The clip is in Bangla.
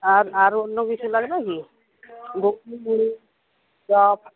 আর আর অন্য কিছু লাগবে কি চপ